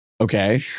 Okay